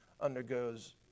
undergoes